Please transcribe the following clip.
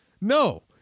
No